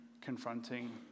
confronting